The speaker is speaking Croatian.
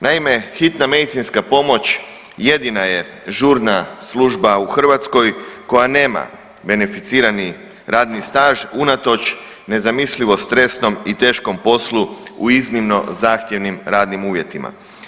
Naime, hitna medicinska pomoć jedina je žurna služba u Hrvatskoj koja nema beneficirani radni staž unatoč nezamislivom stresnom poslu u iznimno zahtjevnim radnim uvjetima.